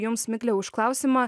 jums migle už klausimą